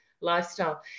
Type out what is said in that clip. lifestyle